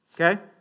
okay